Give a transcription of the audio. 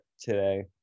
today